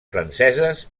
franceses